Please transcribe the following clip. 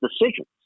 decisions